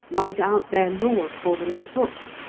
write out their laws for them in a book,